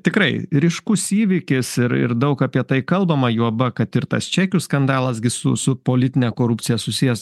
tikrai ryškus įvykis ir ir daug apie tai kalbama juoba kad ir tas čekių skandalas gi su su politine korupcija susijęs